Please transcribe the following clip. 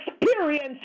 experience